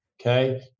Okay